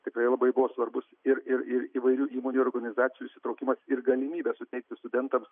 tikrai labai buvo svarbus ir ir ir įvairių įmonių organizacijų įsitraukimas ir galimybė suteikti studentams